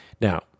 Now